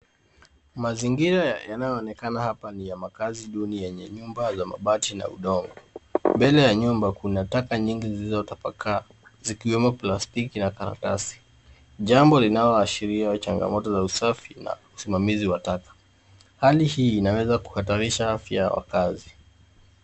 Mazingira yanayoonekana hapa ni ya makazi duni yenye nyumba ya mabati na udongo. Mbele ya nyumba kuna taka nyingi zilizotapakaa zikiwemo plastiki na karatasi jambo linaloashiria changamoto za usafi na usimamizi wa taka. Hali hii inaweza kuhatarisha afya ya wakazi.